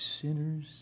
sinners